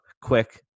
Quick